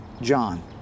John